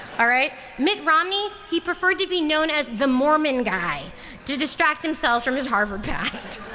all right? mitt romney, he preferred to be known as the mormon guy to distract himself from his harvard past.